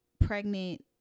pregnant